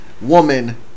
woman